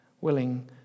willing